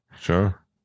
Sure